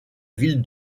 ville